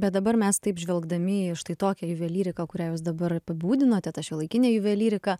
bet dabar mes taip žvelgdami į štai tokią juvelyriką kurią jūs dabar apibūdinote ta šiuolaikinė juvelyrika